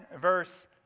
Verse